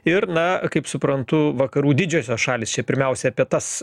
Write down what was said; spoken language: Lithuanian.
ir na kaip suprantu vakarų didžiosios šalys čia pirmiausia apie tas